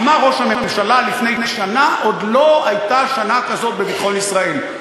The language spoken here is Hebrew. אמר ראש הממשלה לפני שנה: עוד לא הייתה שנה כזו בביטחון ישראל.